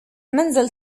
المنزل